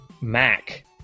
Mac